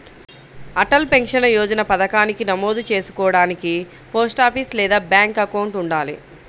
Atal pension Yojana పథకానికి నమోదు చేసుకోడానికి పోస్టాఫీస్ లేదా బ్యాంక్ అకౌంట్ ఉండాలి